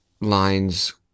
lines